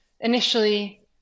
initially